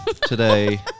today